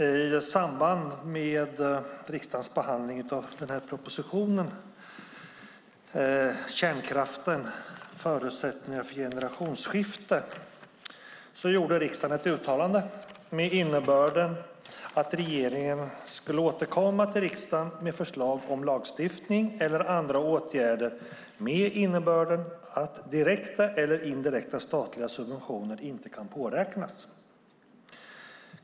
Fru talman! I samband med riksdagens behandling av propositionen Kärnkraften - förutsättningar för generationsskifte gjorde riksdagen ett uttalande om att regeringen skulle "återkomma till riksdagen med förslag om lagstiftning eller andra åtgärder med innebörden att direkta eller indirekta statliga subventioner inte kan påräknas".